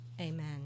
Amen